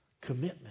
commitment